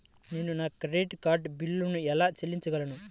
నేను నా credit card బిల్లును ఎలా చెల్లించగలను?